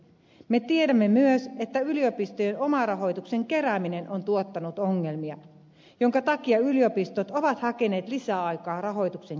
me tiedämme myös että yliopistojen omarahoituksen kerääminen on tuottanut ongelmia jonka takia yliopistot ovat hakeneet lisäaikaa rahoituksen keräämiseen